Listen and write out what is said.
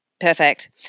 Perfect